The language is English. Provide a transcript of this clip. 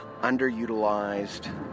underutilized